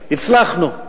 הצלחנו,